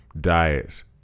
diets